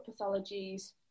pathologies